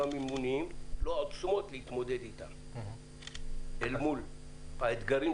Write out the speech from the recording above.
לא המימוניים ולא העוצמות להתמודד אתם אל מול האתגרים,